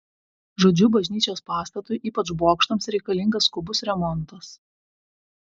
žodžiu bažnyčios pastatui ypač bokštams reikalingas skubus remontas